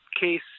case